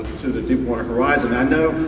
the deep water horizon. and